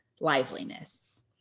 liveliness